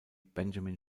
benjamin